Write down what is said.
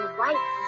white